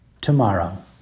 tomorrow